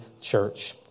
church